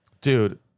Dude